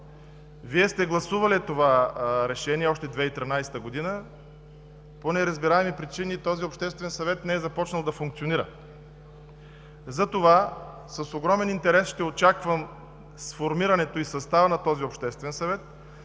Вие сте гласували това решение още 2013 г. По неразбираеми причини този обществен съвет не е започнал да функционира. Затова с огромен интерес ще очаквам сформирането и състава на този обществен съвет,